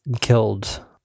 killed